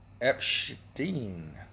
Epstein